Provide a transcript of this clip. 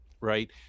right